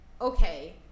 okay